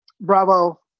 Bravo